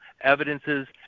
evidences